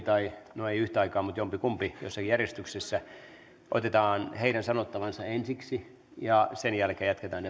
tai ministerit jompikumpi ei yhtä aikaa mutta jompikumpi jossakin järjestyksessä niin otetaan heidän sanottavansa ensiksi ja sen jälkeen jatketaan